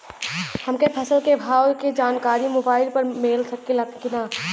हमके फसल के भाव के जानकारी मोबाइल पर मिल सकेला की ना?